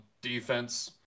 defense